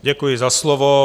Děkuji za slovo.